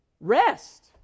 Rest